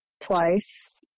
twice